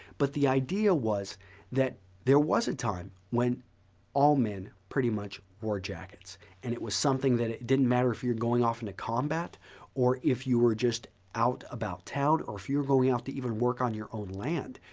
but the idea was that there was a time when all men pretty much wore jackets and it was something that it didn't matter if you're going off in a combat or if you're just out about town or if you're going out to even work on your own land.